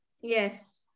Yes